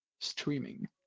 streaming